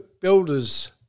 builders